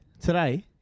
Today